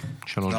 דקות.